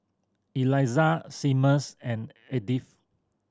Elizah Seamus and Edith